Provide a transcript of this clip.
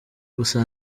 gusa